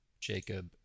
Jacob